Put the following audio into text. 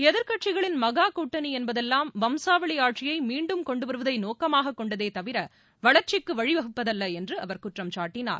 எதிர்க்கட்சிகளின் என்பதெல்லாம் வம்சாவளி மீண்டும் கொண்டுவருவதை நோக்கமாகக் கொண்டதே தவிர வளர்ச்சிக்கு வழிவகுப்பதல்ல என்று அவர் குற்றம்சாட்டினார்